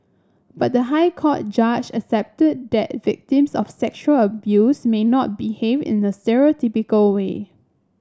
but the High Court judge accepted that victims of sexual abuse may not behave in a way